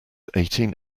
eighteen